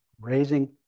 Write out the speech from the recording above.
raising